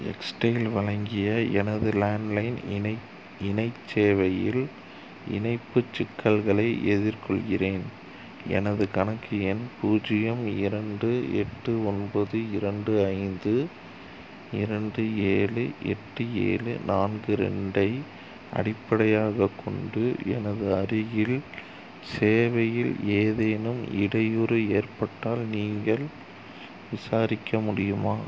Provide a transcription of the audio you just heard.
எக்ஸைட்டல் வழங்கிய எனது லேண்ட்லைன் இணை இணை சேவையில் இணைப்பு சிக்கல்களை எதிர்கொள்கிறேன் எனது கணக்கு எண் பூஜ்ஜியம் இரண்டு எட்டு ஒன்பது இரண்டு ஐந்து இரண்டு ஏழு எட்டு ஏழு நான்கு ரெண்டை அடிப்படையாக கொண்டு எனது அருகில் சேவையில் ஏதேனும் இடையூறு ஏற்பட்டால் நீங்கள் விசாரிக்க முடியுமா